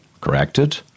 corrected